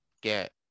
get